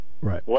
Right